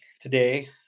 today